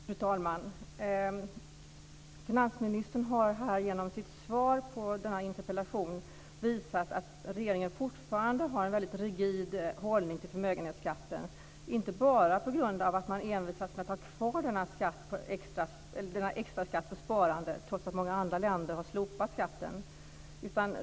Fru talman! Finansministern har här genom sitt svar på denna interpellation visat att regeringen fortfarande har en väldigt rigid hållning till förmögenhetsskatten. Det är inte bara det att man envisas med att ha kvar denna extra skatt på sparande, trots att många andra länder har slopat den.